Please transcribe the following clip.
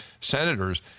senators